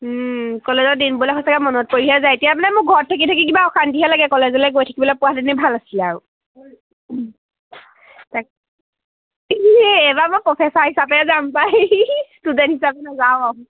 কলেজৰ দিনবোৰলৈ সঁচাকৈ মনত পৰিহে যায় এতিয়া মানে মোক ঘৰত থাকি থাকি কিবা অশান্তিয়ে লাগে কলেজলৈ গৈ থাকিবলৈ পোৱা হেঁতেনহে ভাল আছিলে আৰু তাকে এইবাৰ মই প্ৰ'ফেছাৰ হিচাপে যাম পায় ষ্টুডেণ্ট হিচাপে নাযাওঁ আৰু